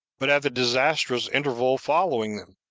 but at the disastrous interval following them.